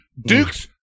Duke's